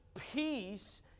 peace